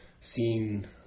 seen